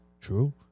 True